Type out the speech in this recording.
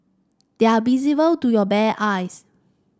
they are visible to your bare eyes